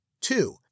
Two